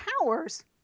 powers